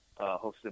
hosted